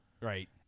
Right